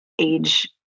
age